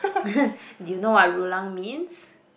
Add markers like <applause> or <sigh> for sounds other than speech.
<laughs> do you know what Rulang means